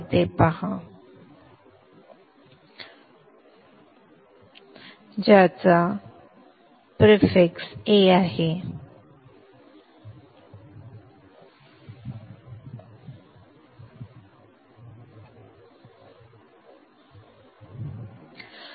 आणि ते येथे पहा जेव्हा त्याचा उपसर्ग a